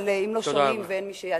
אבל אם לא שומעים ואין מי שיעשה,